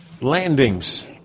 landings